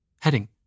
Heading